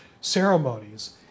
ceremonies